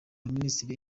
baminisitiri